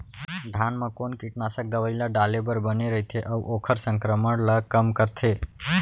धान म कोन कीटनाशक दवई ल डाले बर बने रइथे, अऊ ओखर संक्रमण ल कम करथें?